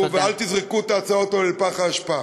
ואל תזרקו את ההצעות האלה לפח האשפה.